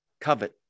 covet